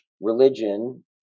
religion